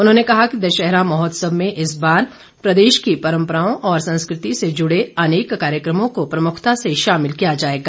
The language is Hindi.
उन्होंने कहा कि दशहरा महोत्सव में इस बार प्रदेश की परंपराओं और संस्कृति से जूड़े अनेक कार्यक्रमों को प्रमुखता से शामिल किया जाएगा